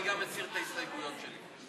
אני מסיר גם את ההסתייגויות שלי.